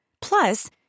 Plus